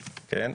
כן?